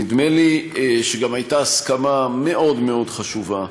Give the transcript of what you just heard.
נדמה לי שגם הייתה הסכמה מאוד מאוד חשובה,